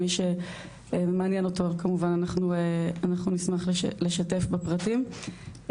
מי שמעניין אותו כמובן אנחנו נשמח לשתף בפרטים.